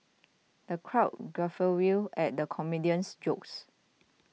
the crowd guffawed at the comedian's jokes